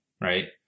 Right